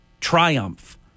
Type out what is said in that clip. triumph